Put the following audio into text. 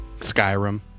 Skyrim